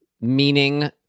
meaning